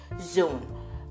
zone